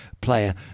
player